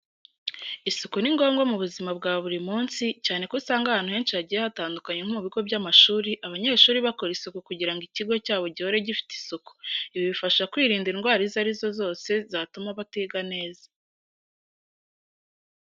Isuku ni ngombwa mu buzima bwa buri munsi, cyane ko usanga ahantu henci hajyiye hatandukanye nko mu bigo by'amashuri, abanyeshuri bakora isuku kujyira ngo icyigo cyabo jyihore jyifite isuku. Ibi bibafasha kwirinda indwara izarizo zose zatuma batiga neza.